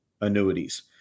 annuities